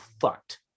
fucked